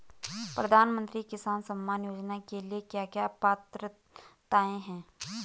प्रधानमंत्री किसान सम्मान योजना के लिए क्या क्या पात्रताऐं हैं?